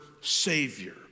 savior